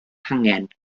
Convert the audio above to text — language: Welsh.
hangen